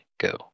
go